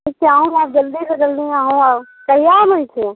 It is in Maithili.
ठीक छै अहूँ आएब जल्दीसँ जल्दी अहूँ आउ कहिया अबैत छियै